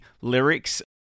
lyrics